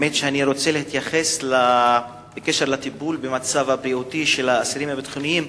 אני רוצה להתייחס לטיפול במצב הבריאותי של האסירים הביטחוניים.